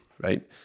right